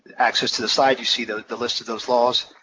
access to the slide, you see the the list of those laws.